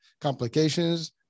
complications